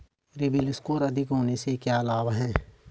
CIBIL score अधिक होने से क्या लाभ हैं?